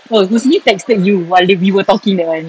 oh huzni texted you while we were talking that one